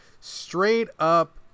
straight-up